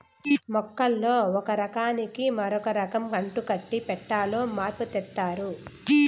మొక్కల్లో ఒక రకానికి మరో రకం అంటుకట్టి పెట్టాలో మార్పు తెత్తారు